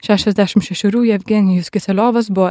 šešiasdešim šešerių jevgenijus kiseliovas buvo